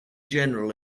general